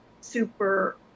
super